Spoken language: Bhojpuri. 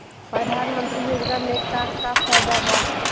प्रधानमंत्री योजना मे का का फायदा बा?